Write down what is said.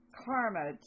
karma